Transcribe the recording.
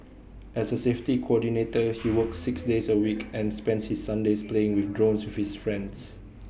as A safety coordinator he works six days A week and spends his Sundays playing with drones with his friends